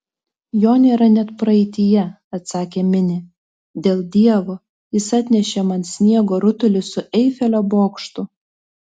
jo nėra net praeityje atsakė minė dėl dievo jis atnešė man sniego rutulį su eifelio bokštu